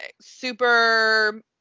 super